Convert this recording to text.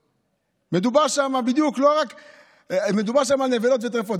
מדובר שם על נבלות וטרפות.